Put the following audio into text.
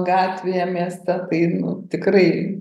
gatvėje mieste kai nu tikrai